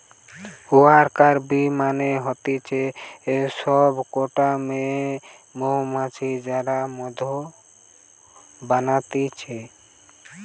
worker bee মানে হতিছে সব কটা মেয়ে মৌমাছি যারা মধু বানাতিছে